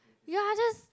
ya just